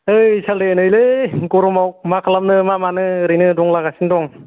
ओइ सालथै नैलै गरमाव मा खालामनो मा मानो एरैनो दंलाबायगासिनो दं